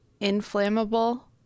inflammable